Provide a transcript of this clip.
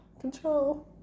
control